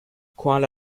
kuala